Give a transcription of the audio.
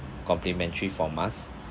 complimentary from us